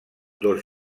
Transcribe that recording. dos